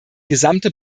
gesamte